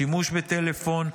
שימוש בטלפון,